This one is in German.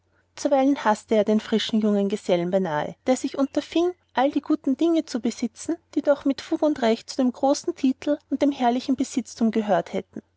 zuweilen haßte er den frischen jungen gesellen beinahe der sich unterfing all die guten dinge zu besitzen die doch mit fug und recht zu dem großen titel und dem herrlichen besitztum gehört hätten